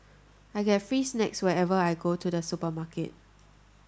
I get free snacks whenever I go to the supermarket